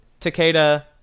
Takeda